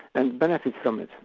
and benefits from it.